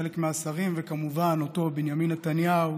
חלק מהשרים וכמובן אותו בנימין נתניהו,